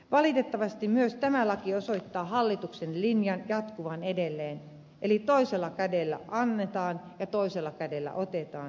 valitettavasti myös tämä laki osoittaa hallituksen linjan jatkuvan edelleen eli toisella kädellä annetaan ja toisella kädellä otetaan